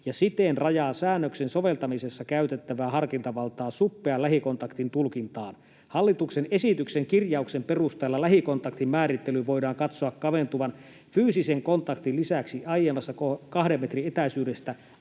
ja siten rajaa säännöksen soveltamisessa käytettävää harkintavaltaa suppean lähikontaktin tulkintaan. Hallituksen esityksen kirjauksen perusteella lähikontaktin määrittelyn voidaan katsoa kaventuvan fyysisen kontaktin lisäksi aiemmasta 2 metrin etäisyydestä